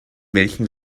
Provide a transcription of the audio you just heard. welchem